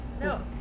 no